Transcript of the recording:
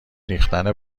ریختن